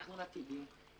תכנון עתידי.